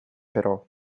però